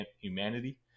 humanity